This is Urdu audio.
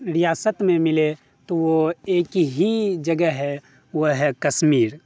ریاست میں ملے تو وہ ایک ہی جگہ ہے وہ ہے کشیر